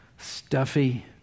stuffy